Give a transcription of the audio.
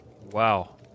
Wow